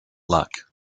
luck